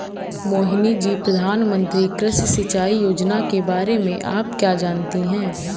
मोहिनी जी, प्रधानमंत्री कृषि सिंचाई योजना के बारे में आप क्या जानती हैं?